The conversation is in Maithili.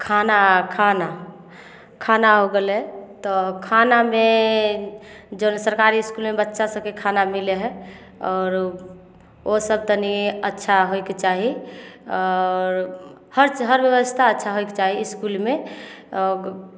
खाना खाना खाना हो गलै तऽ खानामे जेना सरकारी इसकुलमे बच्चा सबके खाना मिलै हइ आओर ओहो सब तनी अच्छा होयके चाही आओर हर हर व्यवस्था अच्छा होयके चाही इसकुलमे